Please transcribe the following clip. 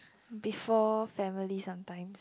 before family sometimes